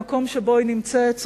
במקום שבו היא נמצאת,